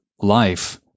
life